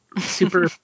super